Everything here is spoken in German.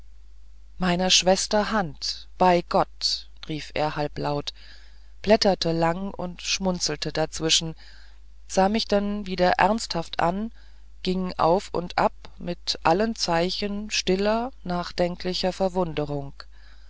meiner schwester hand bei gott rief er halblaut blätterte lang und schmunzelte dazwischen sah mich dann wieder ernsthaft an ging auf und ab mit allen zeichen stiller nachdenklicher verwunderung